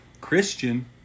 Christian